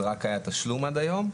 זה רק היה תשלום עד היום.